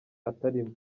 atarimo